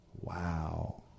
Wow